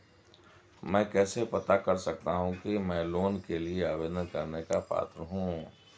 मैं कैसे पता कर सकता हूँ कि मैं लोन के लिए आवेदन करने का पात्र हूँ?